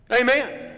amen